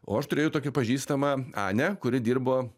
o aš turėjau tokią pažįstamą anią kuri dirbo